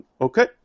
Okay